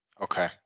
Okay